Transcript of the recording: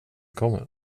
kommer